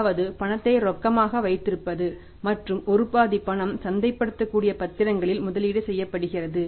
அதாவது பணத்தை ரொக்கமாக வைத்திருப்பது மற்றும் ஒரு பாதி பணம் சந்தைப்படுத்தக்கூடிய பத்திரங்களில் முதலீடு செய்யப்படுகிறது